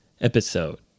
episode